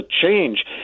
change